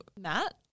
Matt